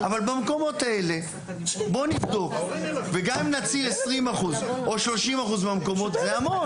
אבל במקומות האלה בואו נבדוק וגם אם נציל 20% או 30% מהמקומות זה המון.